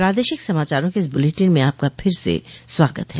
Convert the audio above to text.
प्रादेशिक समाचारों के इस बुलेटिन में आपका फिर से स्वागत है